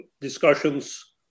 discussions